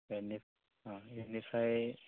बिनि अ इनिफ्राय